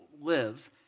lives